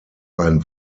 ein